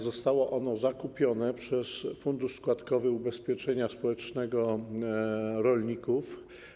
Zostało ono zakupione przez Fundusz Składkowy Ubezpieczenia Społecznego Rolników.